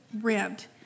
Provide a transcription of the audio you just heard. rent